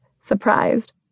surprised